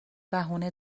بهونه